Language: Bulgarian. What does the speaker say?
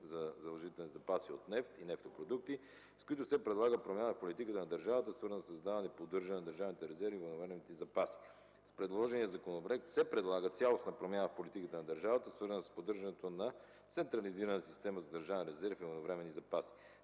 за задължителните запаси от нефт и нефтопродукти, с който се предлага промяна на политиката на държавата, свързана със създаване и поддържане на държавните резерви и военновременните запаси. С предложения законопроект се предлага цялостна промяна в политиката на държавата, свързана с поддържането на централизирана система за държавен резерв и военновременни запаси.